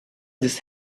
this